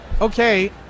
okay